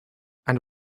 and